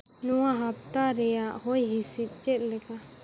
ᱱᱚᱣᱟ ᱦᱟᱯᱛᱟ ᱨᱮᱭᱟᱜ ᱦᱚᱭᱦᱤᱸᱥᱤᱫᱽ ᱪᱮᱫᱞᱮᱠᱟ